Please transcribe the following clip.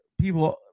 people